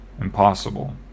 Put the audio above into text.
impossible